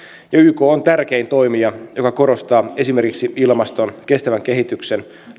yk on tärkein toimija joka korostaa esimerkiksi ilmaston kestävän kehityksen